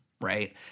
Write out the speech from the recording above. Right